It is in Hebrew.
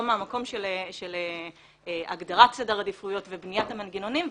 מהמקום של הגדרת סדר העדיפויות ובניית המנגנונים.